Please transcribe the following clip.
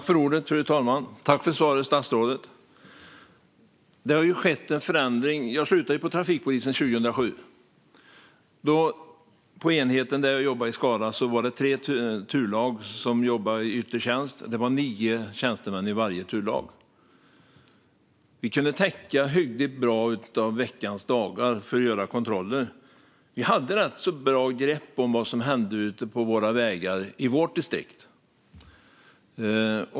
Fru talman! Jag tackar statsrådet för svaret. Det har skett en förändring. Jag slutade på trafikpolisen 2007. På enheten i Skara där jag jobbade var det tre turlag som jobbade i yttre tjänst och nio tjänstemän i varje turlag. Vi kunde täcka veckans dagar hyggligt bra för att göra kontroller. Vi hade rätt bra grepp om vad som hände ute på våra vägar i vårt distrikt.